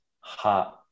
heart